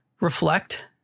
reflect